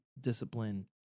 discipline